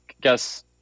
guess